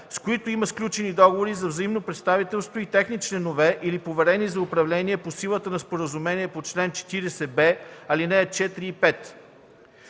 с които има сключени договори за взаимно представителство и техните членове, или поверени за управление по силата на споразумения по чл. 40б, ал. 4 и 5.